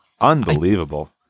Unbelievable